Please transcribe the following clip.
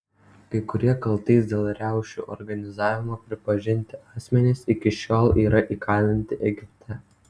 kai kurie kaltais dėl riaušių organizavimo pripažinti asmenys iki šiol yra įkalinti egipte